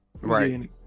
right